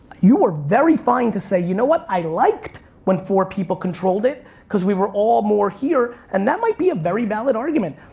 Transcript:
you're very fine to say, you know what, i liked when four people controlled it cause we were all more here and that might be a very valid argument.